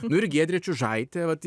nu ir giedrė čiužaitė vat